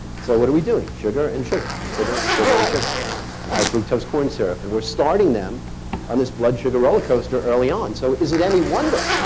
so what are we doing? sugar and sugar and sugar and sugar and sugar and high-fructose corn syrup. and we're starting them on this blood sugar roller coaster early on. so is it any wonder?